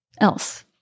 else